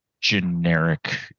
generic